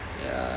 ya